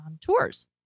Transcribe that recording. tours